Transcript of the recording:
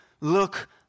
look